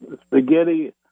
spaghetti